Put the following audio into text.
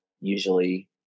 usually